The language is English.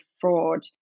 fraud